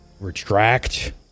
retract